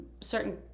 certain